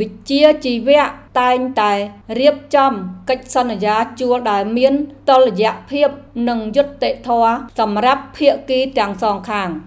វិជ្ជាជីវៈតែងតែរៀបចំកិច្ចសន្យាជួលដែលមានតុល្យភាពនិងយុត្តិធម៌សម្រាប់ភាគីទាំងសងខាង។